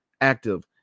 active